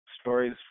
Stories